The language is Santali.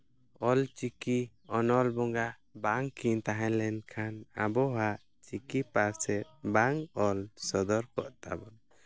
ᱚᱞ ᱪᱤᱠᱤ ᱚᱱᱚᱞ ᱵᱚᱸᱜᱟ ᱵᱟᱝᱠᱤᱱ ᱛᱟᱦᱮᱸᱞᱮᱱ ᱠᱷᱟᱱ ᱟᱵᱚᱣᱟᱜ ᱪᱤᱠᱤ ᱯᱟᱥᱮᱫ ᱵᱟᱝ ᱚᱞ ᱥᱚᱫᱚᱨ ᱠᱚᱜ ᱛᱟᱵᱚᱱᱟ